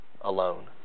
alone